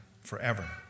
forever